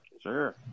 Sure